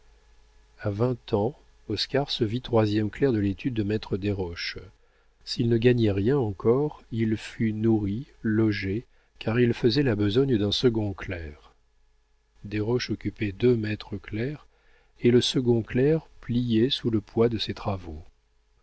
a vingt ans oscar se vit troisième clerc de l'étude de maître desroches s'il ne gagnait rien encore il fut nourri logé car il faisait la besogne d'un second clerc desroches occupait deux maîtres clercs et le second clerc pliait sous le poids de ses travaux